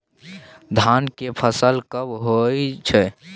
धान के फसल कब होय छै?